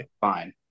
fine